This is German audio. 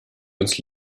uns